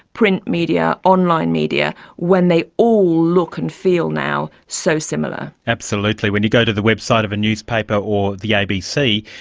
print media, online media when they all look and feel now so similar. absolutely. when you go to the website of a newspaper or the abc,